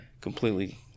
completely